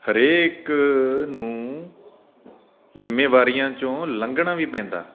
ਹਰੇਕ ਨੂੰ ਜ਼ਿੰਮੇਵਾਰੀਆਂ 'ਚੋਂ ਲੰਘਣਾ ਵੀ ਪੈਂਦਾ